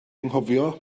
anghofio